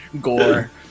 gore